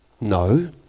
No